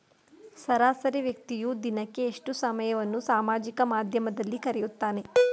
ಸರಾಸರಿ ವ್ಯಕ್ತಿಯು ದಿನಕ್ಕೆ ಎಷ್ಟು ಸಮಯವನ್ನು ಸಾಮಾಜಿಕ ಮಾಧ್ಯಮದಲ್ಲಿ ಕಳೆಯುತ್ತಾನೆ?